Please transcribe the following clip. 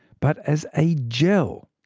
but as a gel.